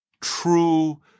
true